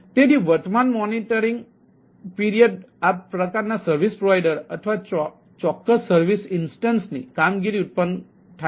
તેથી વર્તમાન મોનિટરિંગ સમયગાળામાં આ પ્રકારના સર્વિસ પ્રોવાઇડર અથવા ચોક્કસ સર્વિસ ઇન્સ્ટન્સની કામગીરી ઉત્પન્ન થાય છે